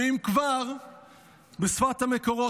ואם כבר בשפת המקורות,